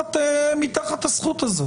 מתחת לזכות הזאת.